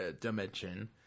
dimension